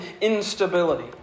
instability